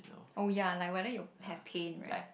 oh ya like whether you have pain right